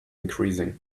increasing